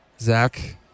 Zach